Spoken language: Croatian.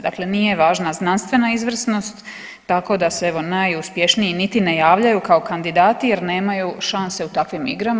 Dakle, nije važna znanstvena izvrsnost tako da se najuspješniji niti ne javljaju kao kandidati jer nemaju šanse u takvim igrama.